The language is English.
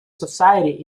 society